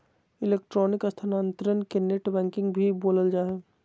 electronic स्थानान्तरण के net banking भी बोलल जा हइ